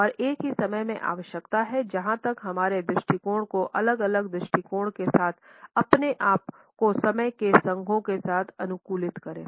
और एक ही समय में आवश्यकता है जहाँ तक हमारे दृष्टिकोण को अलग अलग दृष्टिकोणों के साथ अपने आप को समय के संघों के साथ अनुकूलित करें